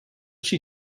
she